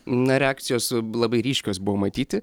na reakcijos labai ryškios buvo matyti